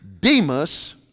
Demas